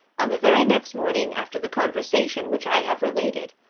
on the very next morning after the conversation which i have related,